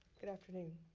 good afternoon.